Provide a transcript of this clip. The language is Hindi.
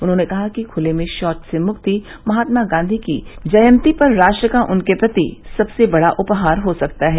उन्होंने कहा कि खुले में शौव से मुक्ति महात्मा गांधी की एक सौ पचासवीं जयंती पर राष्ट्र का उनके प्रति सबसे बड़ा उपहार हो सकता है